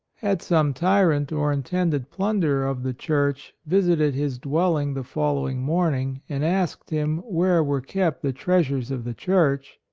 had some tyrant or intended plunderer of the church visited his dwelling the following morning and asked him where were kept the treasures of the church,